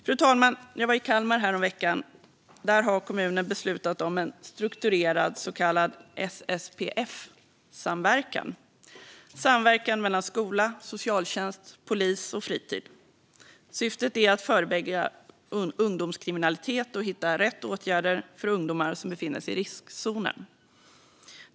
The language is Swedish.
Fru talman! Jag var i Kalmar häromveckan. Där har kommunen beslutat om en strukturerad så kallad SSPF-samverkan. Det är fråga om samverkan mellan skola, socialtjänst, polis och fritid. Syftet är att förebygga ungdomskriminalitet och hitta rätt åtgärder för ungdomar som befinner sig i riskzonen.